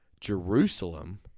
Jerusalem